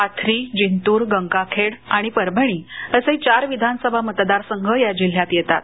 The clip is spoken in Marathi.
पाथरी जिंतूर गंगाखेड आणि परभणी असेचार विधानसभा मतदारसंघ या जिल्ह्यात येतात